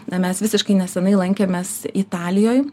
na mes visiškai neseniai lankėmės italijoj